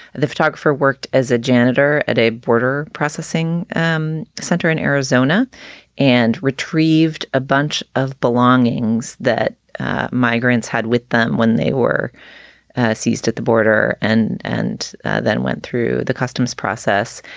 the photographer worked as a janitor at a water processing um center in arizona and retrieved a bunch of belongings that migrants had with them when they were seized at the border and and then went through the customs process.